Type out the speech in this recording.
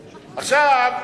עכשיו,